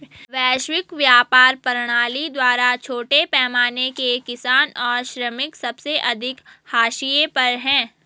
वैश्विक व्यापार प्रणाली द्वारा छोटे पैमाने के किसान और श्रमिक सबसे अधिक हाशिए पर हैं